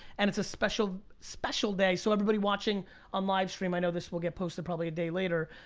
and it's a special, special day. so everybody watching on livestream, i know this will get posted probably a day later,